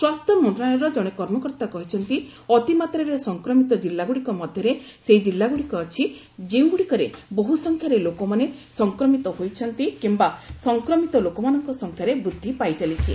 ସ୍ୱାସ୍ଥ୍ୟ ମନ୍ତ୍ରଣାଳୟର କଣେ କର୍ମକର୍ତ୍ତା କହିଛନ୍ତି ଅତିମାତ୍ରାରେ ସଂକ୍ରମିତ କିଲ୍ଲାଗୁଡ଼ିକ ମଧ୍ୟରେ ସେହି ଜିଲ୍ଲାଗୁଡ଼ିକ ଅଛି ଯେଉଁଗୁଡ଼ିକରେ ବହୁ ସଂଖ୍ୟାରେ ଲୋକମାନେ ସଂକ୍ରମିତ ହୋଇଛନ୍ତି କିମ୍ବା ସଂକ୍ରମିତ ଲୋକମାନଙ୍କ ସଂଖ୍ୟାରେ ବୃଦ୍ଧି ପାଇଚାଲିଛି